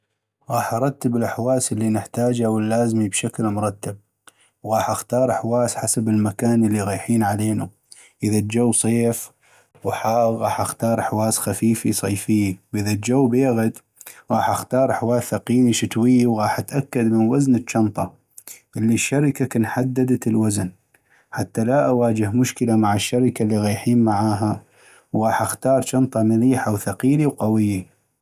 غاح ارتب الحواس اللي نحتاجه واللازمي بشكل مرتب ، وغاح اختار حواس حسب المكان اللي غيحين علينو اذا الجو صيف وحاغ غاح اختار حواس خفيفي صيفي واذا الجو بيغد غاح اختار حواس ثقيلي شتوي وغاح اتأكد من وزن الجنطه الي شركة كن حددت الوزن حتى لا اواجه مشكلة مع الشركة الي غيحين معاها وغاح اختار جنطة مليحة وثقيلي وقوي.